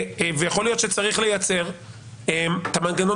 ויכול להיות שצריך לייצר את המנגנון